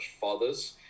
fathers